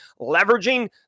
leveraging